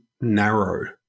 narrow